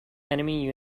enemy